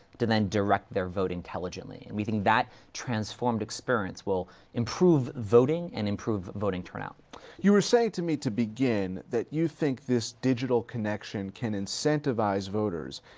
to then direct their vote intelligently. and we think that transformed experience will improve voting and improve voting turnout. heffner you were saying to me, to begin, that you think this digital connection can incentivize voters,